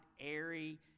airy